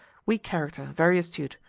weak character, very astute.